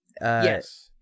Yes